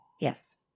yes